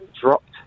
dropped